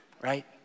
right